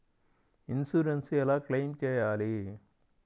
Insurance ఎలా claim చేయాలి?